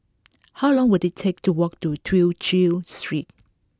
how long will it take to walk to Tew Chew Street